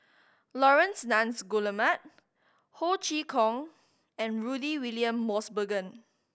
Laurence Nunns Guillemard Ho Chee Kong and Rudy William Mosbergen